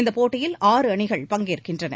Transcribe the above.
இப்போட்டியில் ஆறு அணிகள் பங்கேற்கின்றன